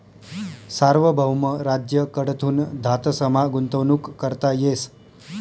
सार्वभौम राज्य कडथून धातसमा गुंतवणूक करता येस